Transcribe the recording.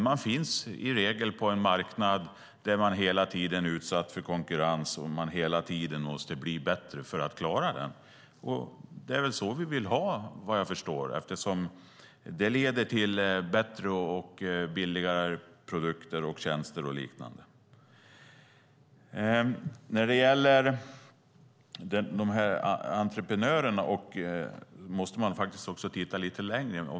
Man finns i regel på en marknad där man hela tiden är utsatt för konkurrens och hela tiden måste bli bättre för att klara den. Det är väl så vi vill ha det, vad jag förstår, eftersom det leder till bättre och billigare produkter, tjänster och liknande. När det gäller entreprenörerna måste man titta lite längre.